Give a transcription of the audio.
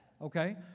Okay